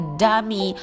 dummy